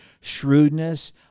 Shrewdness